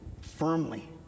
firmly